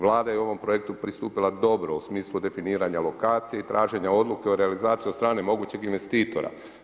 Vlada je ovom projektu pristupila dobro u smislu definiranja lokacije i traženja odluke o realizaciji od strane mogućeg investitora.